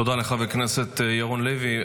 תודה לחבר הכנסת ירון לוי.